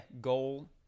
goal